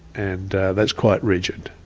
and that's quite rigid.